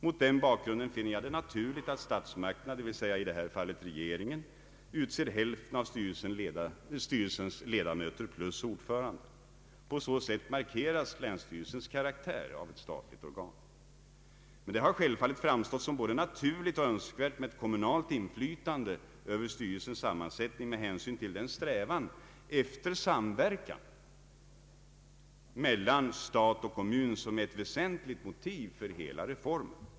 Mot den bakgrunden finner jag det naturligt att statsmakterna, d.v.s. i detta fall regeringen, utser hälften av styrelsens ledamöter plus ordföranden. På så sätt markeras länsstyrelsens karaktär av ett statligt organ. Men det har självfallet framstått som både naturligt och önskvärt med ett kommunalt inflytande över styrelsens sammansättning med hänsyn till den strävan efter samverkan mellan stat och kommun som har varit ett väsentligt motiv för hela reformen.